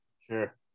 Sure